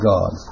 God